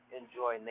enjoy